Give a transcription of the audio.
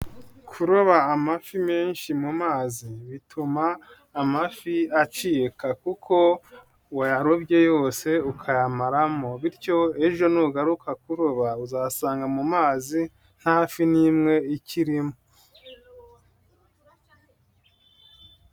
Kuroba amafi menshi mu mazi, bituma amafi acika kuko wayarobye yose ukayayamamo. Bityo ejo nugaruka kuroba uzasanga mu mazi nta fi n'imwe ikirimo.